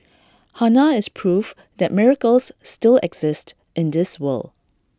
Hannah is proof that miracles still exist in this world